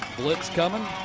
blitz coming.